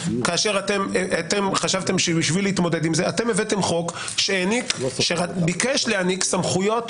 כאשר אתם חשבתם שבשביל להתמודד עם זה הבאתם חוק שביקש להעניק סמכויות,